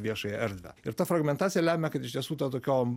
viešąją erdvę ir ta fragmentacija lemia kad iš tiesų ta tokiom